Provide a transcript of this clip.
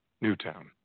Newtown